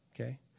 okay